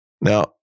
Now